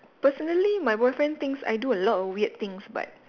personally my boyfriend thinks I do a lot of weird things but